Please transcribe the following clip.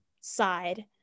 side